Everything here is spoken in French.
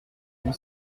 vous